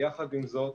יחד עם זאת,